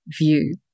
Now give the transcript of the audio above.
view